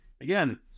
Again